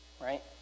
right